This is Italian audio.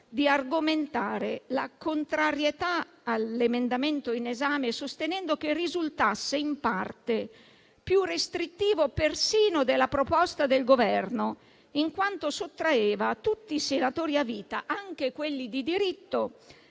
di argomentare la contrarietà all'emendamento in esame, sostenendo che risultasse in parte più restrittivo persino della proposta del Governo, in quanto sottraeva a tutti i senatori a vita, anche a quelli di diritto,